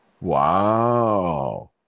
Wow